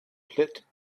plitt